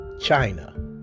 China